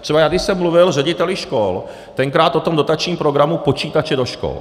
Třeba když jsem mluvil s řediteli škol tenkrát o tom dotačním programu Počítače do škol,